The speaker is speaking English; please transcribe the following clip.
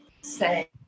say